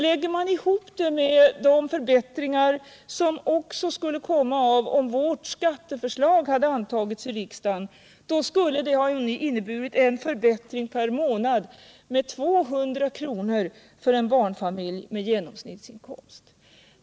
Lägger man därtill de förbättringar som skulle ha blivit följden om vårt skatteförslag hade antagits i riksdagen, skulle det innebära 200 kr. mer per månad för en barnfamilj med genomsnittsinkomst.